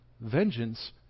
Vengeance